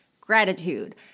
gratitude